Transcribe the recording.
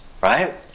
Right